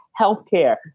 healthcare